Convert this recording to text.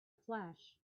flash